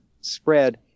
spread